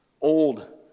old